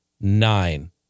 nine